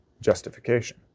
justification